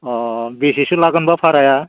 अह बेसेसो लागोन बा फाराया